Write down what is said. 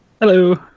Hello